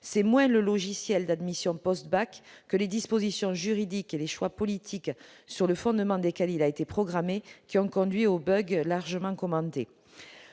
c'est moins le logiciel d'admission post-bac que les dispositions juridiques et les choix politiques sur le fondement desquels il a été programmé qui ont conduit au bug largement commentée,